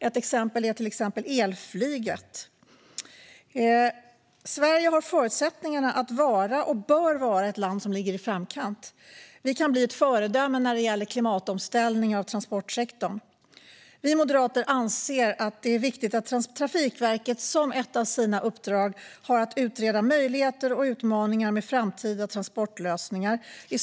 Ett exempel är elflyget. Sverige har förutsättningar att vara och bör vara ett land som ligger i framkant. Vi kan bli ett föredöme när det gäller klimatomställning av transportsektorn. Vi moderater anser att det är viktigt att Trafikverket som ett av sina uppdrag har att utreda möjligheter och utmaningar med framtida transportlösningar.